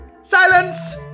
Silence